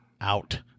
Out